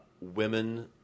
women